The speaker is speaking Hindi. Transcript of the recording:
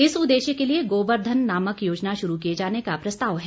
इस उददेश्य के लिए गोबर धन नामक योजना शुरू किए जाने का प्रस्ताव है